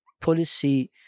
policy